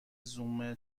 زوم